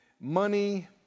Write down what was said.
money